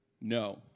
No